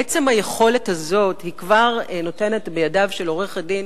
עצם היכולת הזאת כבר נותנת בידיו של עורך-הדין